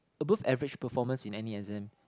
above average performance in any exam